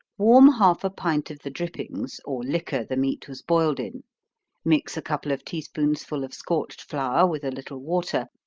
warm half a pint of the drippings, or liquor the meat was boiled in mix a couple of tea spoonsful of scorched flour with a little water,